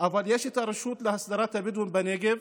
אבל יש את הרשות להסדרת הבדואים בנגב,